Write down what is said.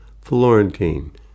Florentine